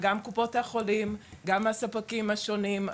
גם קופות החולים גם הספקים השונים,